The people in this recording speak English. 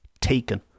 taken